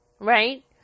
right